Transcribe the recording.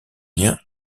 lien